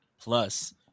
plus